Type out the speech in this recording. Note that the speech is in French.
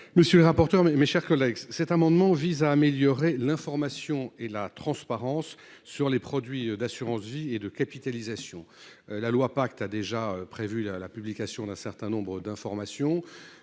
Monsieur le rapporteur. Mes, mes chers collègues. Cet amendement vise à améliorer l'information et la transparence sur les produits d'assurance-vie et de capitalisation. La loi pacte a déjà prévu la publication d'un certain nombre d'informations